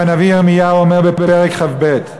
והנביא ירמיהו אומר בפרק כ"ב: